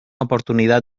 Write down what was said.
oportunidad